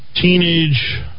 teenage